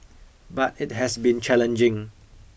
but it has been challenging